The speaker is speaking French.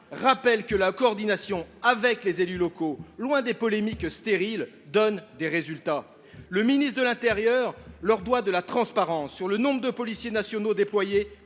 montre que la coordination avec les élus locaux, loin des polémiques stériles, donne des résultats. Le ministre de l’intérieur leur doit de la transparence sur le nombre des policiers nationaux déployés,